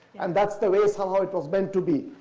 and that's the way somehow it but was meant to be.